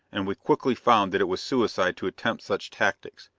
and we quickly found that it was suicide to attempt such tactics.